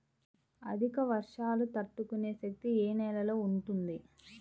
అధిక వర్షాలు తట్టుకునే శక్తి ఏ నేలలో ఉంటుంది?